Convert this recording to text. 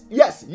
yes